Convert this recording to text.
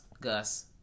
Gus